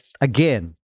again